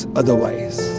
otherwise